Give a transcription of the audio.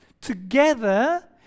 together